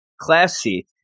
Classy